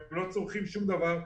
הם לא צורכים שום דבר,